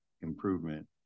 improvement